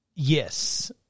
Yes